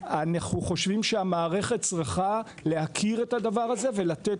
אנחנו חושבים שהמערכת צריכה להכיר את הדבר הזה ולתת